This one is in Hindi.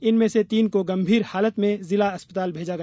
इनमें से तीन को गंभीर हालत में जिला अस्पताल भेजा गया